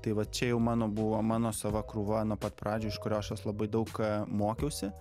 tai vat čia jau mano buvo mano sava krūva nuo pat pradžių iš kurio aš jos labai daug mokiausi